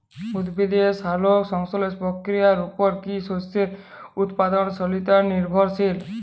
উদ্ভিদের সালোক সংশ্লেষ প্রক্রিয়ার উপর কী শস্যের উৎপাদনশীলতা নির্ভরশীল?